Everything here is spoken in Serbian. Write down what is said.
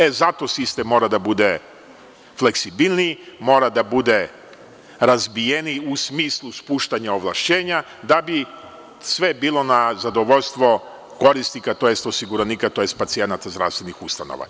E, zato sistem mora da bude fleksibilniji, mora da bude razvijeniji, u smislu spuštanja ovlašćenja, da bi sve bilo na zadovoljstvo korisnika, tj. osiguranika, tj. pacijenata zdravstvenih ustanova.